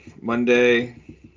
Monday